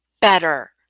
better